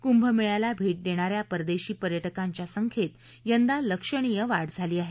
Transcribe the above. कुंभमेळ्याला भे देणा या परदेशी पर्या क्रांच्या संख्येत यंदा लक्षणीय वाढ झाली आहे